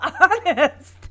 honest